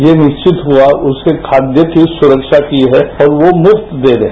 ये निश्चितहुआ उसके खाद्य की सुरक्षा की है और वो मुफ्त दे रहे हैं